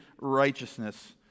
righteousness